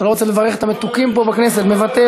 אינו נוכח,